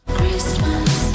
Christmas